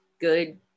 good